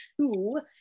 two